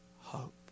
hope